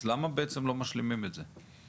אז למה בעצם לא משלימים את זה?